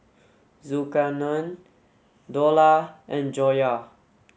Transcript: Zulkarnain Dollah and Joyah